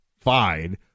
fine